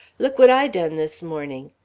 look what i done this morning.